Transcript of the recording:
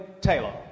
Taylor